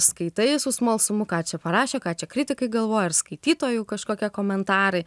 skaitai su smalsumu ką čia parašė ką čia kritikai galvoja ar skaitytojų kažkokie komentarai